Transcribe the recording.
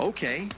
Okay